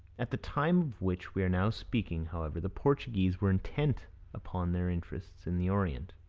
at the time of which we are now speaking, however, the portuguese were intent upon their interests in the orient.